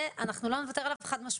על זה אנחנו לא נוותר, חד משמעית.